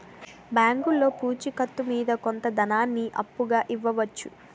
బ్యాంకులో పూచి కత్తు మీద కొంత ధనాన్ని అప్పుగా ఇవ్వవచ్చు